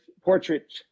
portrait